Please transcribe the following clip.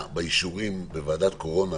האישורים שניתנו בוועדת הקורונה